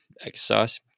exercise